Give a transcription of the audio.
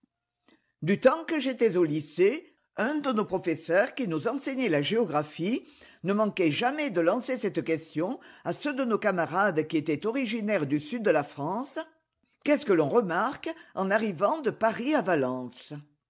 du temps que j'étais au lycée un de nos professeurs qui nous enseignait la géographie ne manquait jamais de lancer cette question à ceux de nos camarades qui étaient originaires du sud de la france qu'est-ce que l'on remarque en arrivant de paris à valence